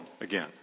again